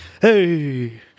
hey